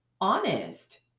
honest